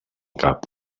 cap